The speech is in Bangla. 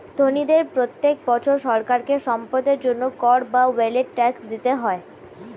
ধনীদের প্রত্যেক বছর সরকারকে সম্পদের জন্য কর বা ওয়েলথ ট্যাক্স দিতে হয়